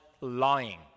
lying